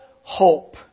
hope